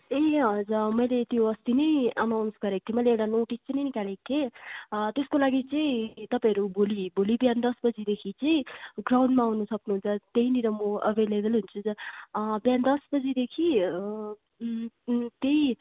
ए हजुर मैले त्यो अस्ति नै एनाउन्स गरेको थिएँ मैले एउटा नोटिस् पनि निकालेको थिएँ त्यस्को लागि चैँ तपाईँहरू भोलि भोलि बिहान दस बजेदेखि चैँ ग्रउन्डमा अउनु सक्नुहुन्छ त्यहीनिर म अभइलेबल हुन्छु बिहान दस बजेदेखि त्यै